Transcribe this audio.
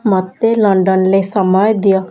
ମୋତେ ଲଣ୍ଡନରେ ସମୟ ଦିଅ